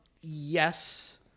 Yes